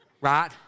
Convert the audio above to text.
Right